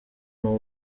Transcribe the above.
baho